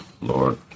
Lord